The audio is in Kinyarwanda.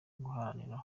guharanira